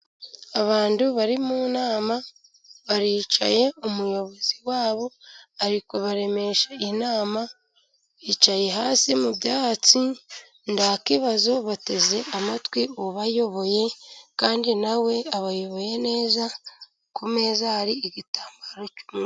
Abantu bari mu nama baricaye umuyobozi wabo ari kubaremesha inama, bicaye hasi mu byatsi nta kibazo bateze amatwi ubayoboye, kandi na we abayoboye neza ku meza hari igitambaro cy' umweru.